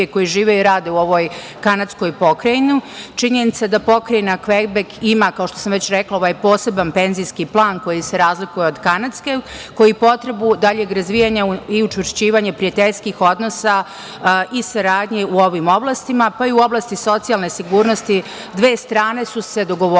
koji žive i rade u ovoj kanadskoj pokrajini, činjenica je da pokrajina Kvebek ima, kao što sam već rekla, ovaj posebni penzijski plan koji se razlije od kanadskog, koji potrebu daljeg razvijanja i učvršćivanje prijateljskih odnosa i saradnje u ovim oblastima, pa i u oblasti socijalne sigurnosti. Dve strane su se dogovorile